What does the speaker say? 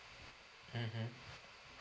mmhmm